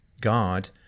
God